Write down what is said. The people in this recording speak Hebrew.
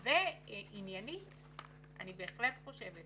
ועניינית, אני בהחלט חושבת